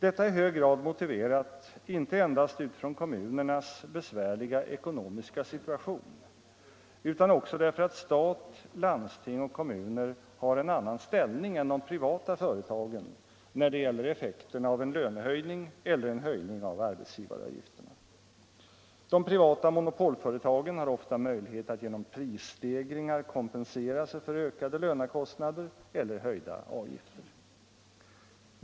Detta är i hög grad motiverat inte endast utifrån kommunernas besvärliga ekonomiska situation utan också därför att stat, landsting och kommuner har en annan ställning än de privata företagen när det gäller effekterna av en lönehöjning eller en höjning av arbetsgivaravgifterna. De privata monopolföretagen har ofta möjlighet att genom prisstegringar kompensera sig för ökade lönekostnader eller höjda avgifter.